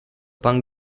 пан